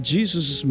Jesus